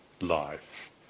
life